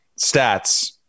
stats